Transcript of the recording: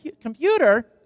computer